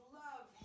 love